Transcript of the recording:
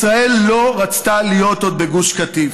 ישראל לא רצתה להיות עוד בגוש קטיף.